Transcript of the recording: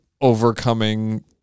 overcoming